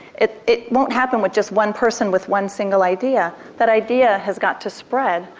it it won't happen with just one person with one single idea. that idea has got to spread,